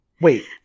wait